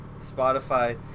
Spotify